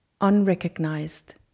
Unrecognized